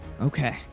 Okay